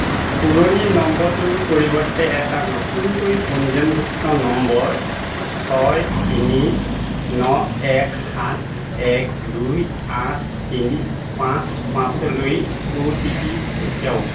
পুৰণি নম্বৰটোৰ পৰিৱৰ্তে এটা নতুনকৈ পঞ্জীয়নভুক্ত নম্বৰ ছয় তিনি ন এক সাত এক দুই আঠ তিনি পাঁচ পাঁচলৈ অ' টি পি পঠিয়াওক